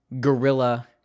gorilla